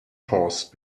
horse